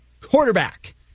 quarterback